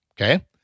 Okay